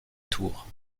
tour